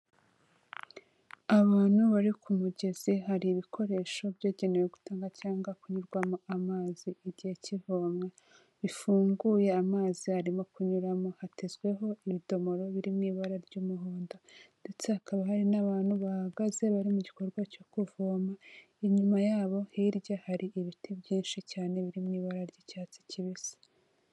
Abantu bari ku mugezi hari ibikoresho byagenewe gutanga cyangwa kunyurwamo amazi igihe ki'ivomwa bifunguye amazi arimo kunyuramo, hatezweho ibitomoro biri mw' ibara ry'umuhondo ndetse hakaba hari n'abantu bahagaze bari mu gikorwa cyo kuvoma, inyuma yabo hirya hari ibiti byinshi cyane biri mu ibara ry'icyatsi kibisi.